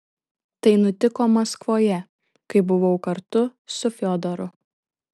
tai nutiko maskvoje kai buvau kartu su fiodoru